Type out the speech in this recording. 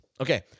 Okay